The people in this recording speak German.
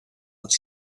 als